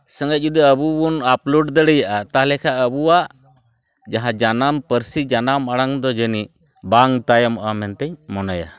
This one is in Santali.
ᱥᱚᱝᱜᱮ ᱡᱩᱫᱤ ᱟᱵᱚᱵᱚᱱ ᱟᱯᱞᱳᱰ ᱫᱲᱮᱭᱟᱜᱼᱟ ᱛᱟᱦᱚᱞᱮ ᱠᱷᱟᱱ ᱟᱵᱚᱣᱟᱜ ᱡᱟᱦᱟᱸ ᱡᱟᱱᱟᱢ ᱯᱟᱹᱨᱥᱤ ᱡᱟᱱᱟᱢ ᱟᱲᱟᱝ ᱫᱚ ᱡᱟᱱᱤᱡ ᱵᱟᱝ ᱛᱟᱭᱚᱢᱚᱜᱼᱟ ᱢᱮᱱᱛᱮᱧ ᱢᱚᱱᱮᱭᱟ